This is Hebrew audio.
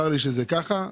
צר לי שזה ככה,